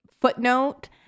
footnote